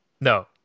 no